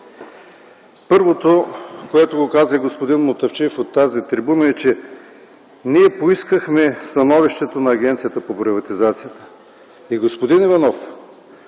Първото, което го каза и господин Мутафчиев от тази трибуна, е, че ние поискахме становището на Агенцията за приватизация. Господин Иванов,